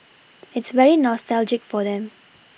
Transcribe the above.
it's very nostalgic for them